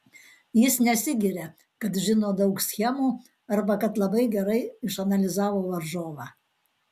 jis nesigiria kad žino daug schemų arba kad labai gerai išanalizavo varžovą